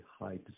high